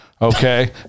Okay